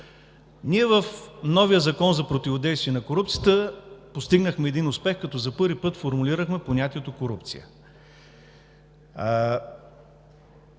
В новия Закон за противодействие на корупцията постигнахме успех, като за първи път формулирахме понятието „корупция“.